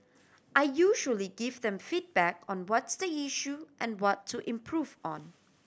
I usually give them feedback on what's the issue and what to improve on